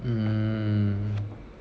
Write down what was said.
mm